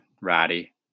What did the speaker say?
Ratty